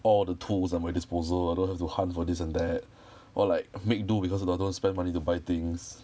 all the tools at my disposal I don't have to hunt for this and that or like make do because I don't want to spend money to buy things